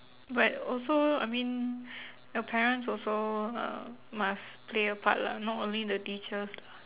but also I mean your parents also uh must play a part lah not only the teachers lah